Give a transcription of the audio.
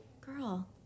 girl